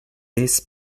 this